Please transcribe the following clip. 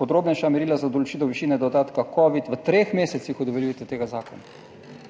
podrobnejša merila za določitev višine dodatka Covid v treh mesecih od uveljavitve tega zakona.